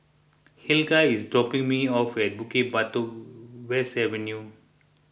Helga is dropping me off at Bukit Batok West Avenue